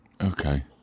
Okay